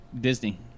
Disney